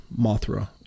Mothra